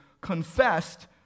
confessed